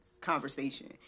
conversation